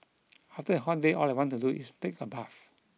after a hot day all I want to do is take a bath